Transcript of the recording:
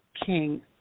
king